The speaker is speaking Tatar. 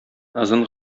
озын